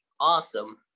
awesome